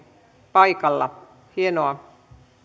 paikalla hienoa